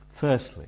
firstly